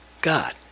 God